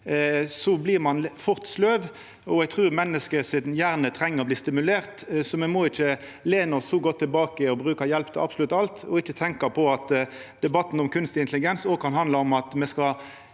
blir ein fort sløv, og eg trur menneskehjernen treng å bli stimulert. Me må ikkje lena oss for godt tilbake, bruka hjelp til absolutt alt og ikkje tenkja på at debatten om kunstig intelligens òg kan handla om at me skal